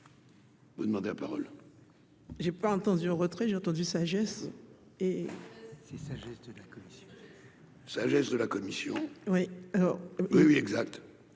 Vous demandez à parole. J'ai pas entendu au retrait, j'ai entendu sagesse et. S'il s'agissait de la commission sagesse de la commission oui alors, oui, oui, exact.